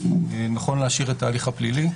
נכון להשאיר את ההליך הפלילי.